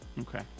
Okay